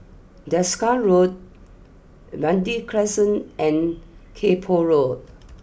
Desker Road Verde Crescent and Kay Poh Road